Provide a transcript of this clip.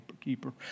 keeper